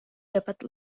dapat